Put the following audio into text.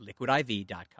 liquidiv.com